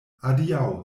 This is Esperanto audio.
adiaŭ